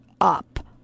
up